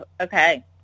okay